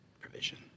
provision